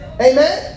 Amen